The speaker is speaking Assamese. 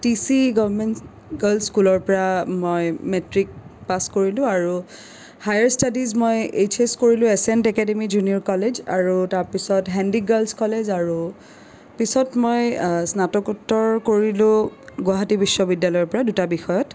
টি চি গভমেণ্ট গাৰ্লচ স্কুলৰ পৰা মই মেট্ৰিক পাছ কৰিলো আৰু হায়াৰ ষ্টাডিচ মই এইচ এচ কৰিলো এচিয়ান্ট একাডেমি জুনিয়ৰ কলেজ আৰু তাৰপিছত সেন্দিক গাৰ্লচ কলেজ আৰু পিছত মই স্নাতকোত্তৰ কৰিলো গুৱাহাটী বিশ্ববিদ্যালয়ৰ পৰা দুটা বিষয়ত